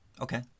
Okay